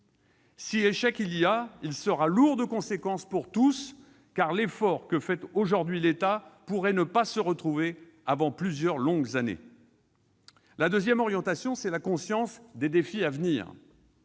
Si échec il y a, il sera lourd de conséquences pour tous, car l'effort que fait aujourd'hui l'État pourrait ne pas se retrouver avant plusieurs longues années. Deuxième orientation : la conscience des défis à venir.